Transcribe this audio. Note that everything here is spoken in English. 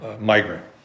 migrant